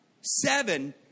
Seven